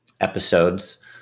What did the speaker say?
episodes